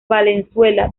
valenzuela